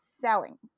selling